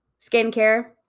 skincare